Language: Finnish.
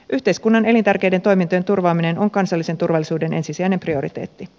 yhteiskunnan elintärkeiden toimintojen turvaaminen on kansallisen turvallisuuden ensisijainen prioriteetti